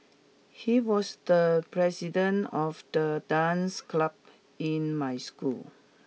he was the president of the dance club in my school